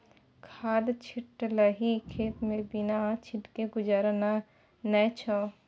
खाद छिटलही खेतमे बिना छीटने गुजारा नै छौ